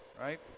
right